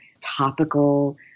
topical